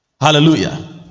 Hallelujah